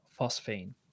phosphine